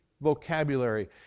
vocabulary